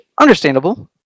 understandable